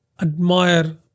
admire